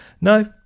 no